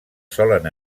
solen